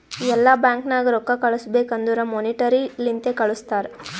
ಎಲ್ಲಾ ಬ್ಯಾಂಕ್ ನಾಗ್ ರೊಕ್ಕಾ ಕಳುಸ್ಬೇಕ್ ಅಂದುರ್ ಮೋನಿಟರಿ ಲಿಂತೆ ಕಳ್ಸುತಾರ್